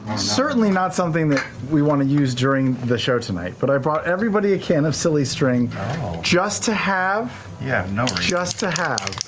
certainly not something that we want to use during the show tonight, but i brought everybody a can of silly string just to have. yeah you know just to have.